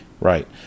Right